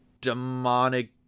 demonic